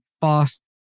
fast